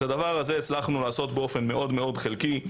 את הדבר הזה הצלחנו לעשות באופן חלקי מאוד,